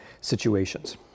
situations